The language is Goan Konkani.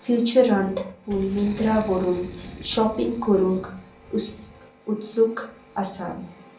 फ्युचरांत पूण मिंत्रा व्हरून शॉपिंग करूंक उस उत्सुक आसा